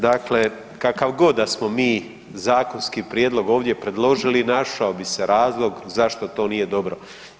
Dakle, kakav god da smo mi zakonski prijedlog ovdje predložili našao bi se razlog zašto to nije dobro.